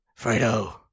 Fredo